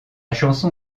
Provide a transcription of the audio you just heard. chanson